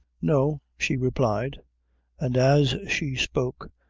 no, she replied and as she spoke,